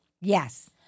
Yes